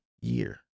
year